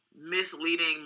Misleading